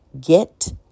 get